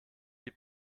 die